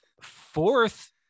fourth